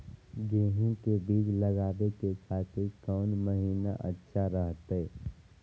गेहूं के बीज लगावे के खातिर कौन महीना अच्छा रहतय?